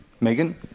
megan